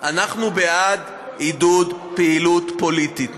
אנחנו בעד עידוד פעילות פוליטית.